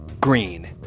green